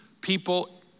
people